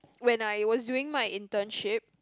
when I was doing my internship